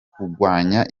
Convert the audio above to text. kugwanya